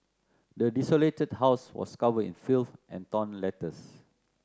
the desolated house was covered in filth and torn letters